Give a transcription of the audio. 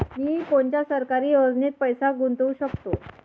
मी कोनच्या सरकारी योजनेत पैसा गुतवू शकतो?